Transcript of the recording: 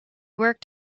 worked